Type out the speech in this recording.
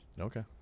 Okay